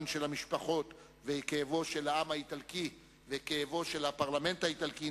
של המשפחות ובכאבו של העם האיטלקי ובכאבו של הפרלמנט האיטלקי,